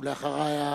אחריה,